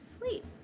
sleep